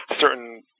certain